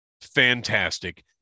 fantastic